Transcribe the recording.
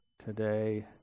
today